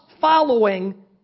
following